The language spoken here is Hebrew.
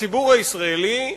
הציבור הישראלי הראה,